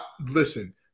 Listen